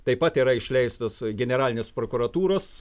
taip pat yra išleistos generalinės prokuratūros